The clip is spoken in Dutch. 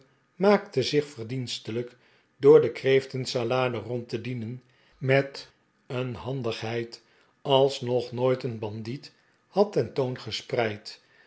maakte zich ververdienstelijk door de kreeftensalade rond te dienen met een handighe'id als nog nooit een bandiet had ten toon gespreid